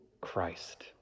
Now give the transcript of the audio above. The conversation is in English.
Christ